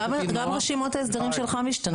עו"ד נעה --- גם רשימות ההסדרים שלך משתנות.